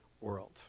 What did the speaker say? world